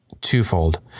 twofold